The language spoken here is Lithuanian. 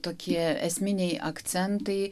tokie esminiai akcentai